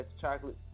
chocolate